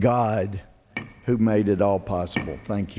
god who made it all possible thank